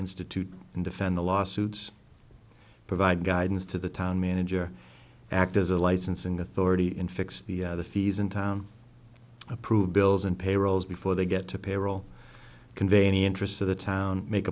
institute and defend the lawsuits provide guidance to the town manager act as a licensing authority infix the fees in town approve bills and payrolls before they get to payroll convey any interest to the town make